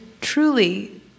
truly